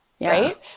right